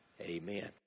Amen